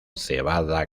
cebada